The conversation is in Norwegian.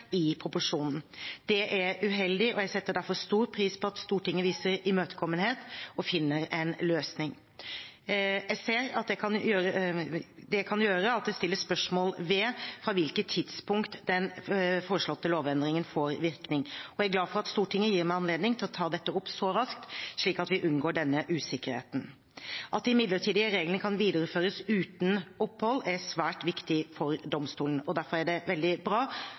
i proposisjonen. Det er uheldig, og jeg setter derfor stor pris på at Stortinget viser imøtekommenhet og finner en løsning. Jeg ser det kan gjøre at det stilles spørsmål ved fra hvilket tidspunkt den foreslåtte lovendringen får virkning. Og jeg er glad for at Stortinget gir meg anledning til å ta dette opp så raskt, slik at vi unngår denne usikkerheten. At de midlertidige reglene kan videreføres uten opphold, er svært viktig for domstolene. Derfor er det veldig bra